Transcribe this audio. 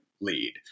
lead